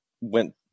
went